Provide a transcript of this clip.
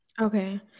Okay